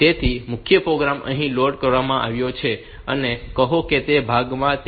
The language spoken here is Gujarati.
તેથી મુખ્ય પ્રોગ્રામ અહીં લોડ કરવામાં આવ્યો છે અને કહો કે તે આ ભાગમાં છે